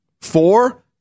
four